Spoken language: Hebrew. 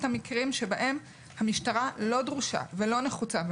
המקרים שבהם המשטרה לא דרושה ולא נחוצה,